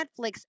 Netflix